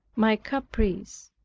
my caprice,